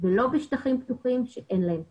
ולא בשטחים פתוחים שאין להם תחליף.